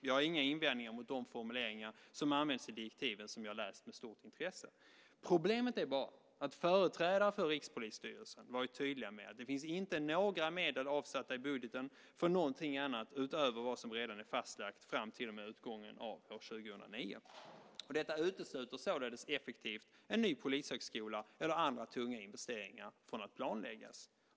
Jag har inga invändningar mot de formuleringar som används i direktiven, som jag har läst med stort intresse. Problemet är bara att företrädare för Rikspolisstyrelsen har varit tydliga med att det inte finns några medel avsatta i budgeten för någonting annat utöver vad som redan är fastlagt fram till och med utgången av år 2009. Detta utesluter således effektivt en ny polishögskola eller andra tunga investeringar från att planläggas.